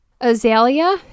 azalea